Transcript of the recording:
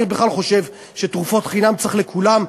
אני בכלל חושב שתרופות חינם צריך לתת לכולם,